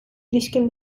ilişkin